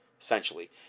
essentially